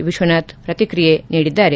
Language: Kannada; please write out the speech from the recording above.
ವಿಶ್ವನಾಥ್ ಪ್ರತಿಕ್ರಿಯೆ ನೀಡಿದ್ದಾರೆ